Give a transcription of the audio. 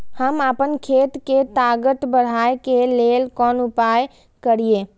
हम आपन खेत के ताकत बढ़ाय के लेल कोन उपाय करिए?